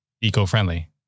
eco-friendly